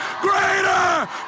greater